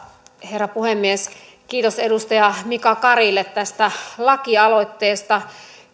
herra puhemies kiitos edustaja mika karille tästä lakialoitteesta